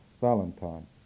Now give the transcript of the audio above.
Valentine